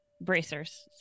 bracers